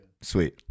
Sweet